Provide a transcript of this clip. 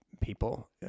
people